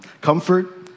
comfort